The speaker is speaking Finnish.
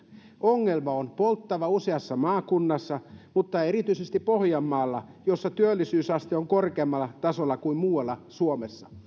ongelma on polttava useassa maakunnassa mutta erityisesti pohjanmaalla jossa työllisyysaste on korkeammalla tasolla kuin muualla suomessa